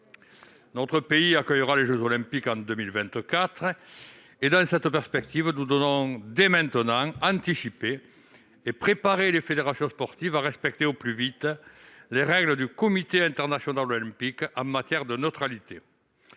Notre pays accueillera les jeux Olympiques en 2024. Dans cette perspective, nous devons dès maintenant anticiper et préparer les fédérations sportives à respecter au plus vite les règles du Comité international olympique en matière de neutralité.